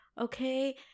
Okay